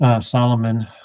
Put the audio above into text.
Solomon